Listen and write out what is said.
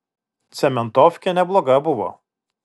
cementofkė nebloga buvo